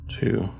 two